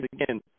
again